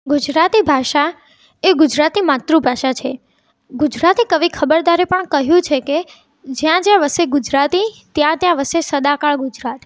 ગુજરાતી ભાષા એ ગુજરાતની માતૃભાષા છે ગુજરાતી કવિ ખબરદારે પણ કહ્યું છે કે જ્યાં જ્યાં વસે ગુજરાતી ત્યાં ત્યાં વસે સદાકાળ ગુજરાત